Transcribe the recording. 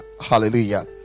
Hallelujah